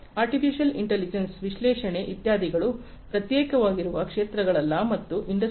artificial intelligence ವಿಶ್ಲೇಷಣೆ ಇತ್ಯಾದಿಗಳು ಪ್ರತ್ಯೇಕವಾಗಿರುವ ಕ್ಷೇತ್ರಗಳಲ್ಲ ಮತ್ತು ಇಂಡಸ್ಟ್ರಿ 4